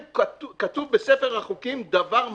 כתוב בספר החוקים דבר משפיל.